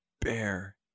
bear